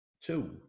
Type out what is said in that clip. two